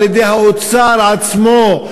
על-ידי האוצר עצמו,